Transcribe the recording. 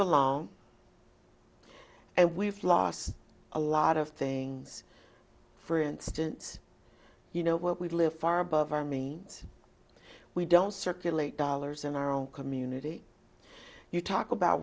belong and we've lost a lot of things for instance you know what we live far above our means we don't circulate dollars in our own community you talk about